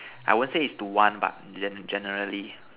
I won't say is to one but genre generally